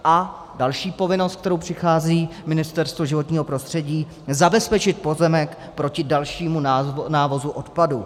A další povinnost, s kterou přichází Ministerstvo životního prostředí, je zabezpečit pozemek proti dalšímu návozu odpadu.